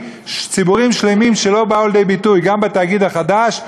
ציבורים שלמים שלא באו לידי ביטוי גם בתאגיד החדש,